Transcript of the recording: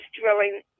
drilling